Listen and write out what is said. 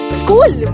school